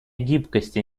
гибкости